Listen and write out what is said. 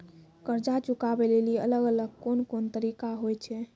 कर्जा चुकाबै लेली अलग अलग कोन कोन तरिका होय छै?